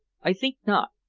i think not.